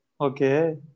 Okay